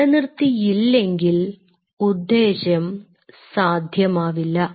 നിലനിർത്തിയില്ലെങ്കിൽ ഉദ്ദേശ്യം സാധ്യമാവില്ല